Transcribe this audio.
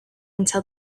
until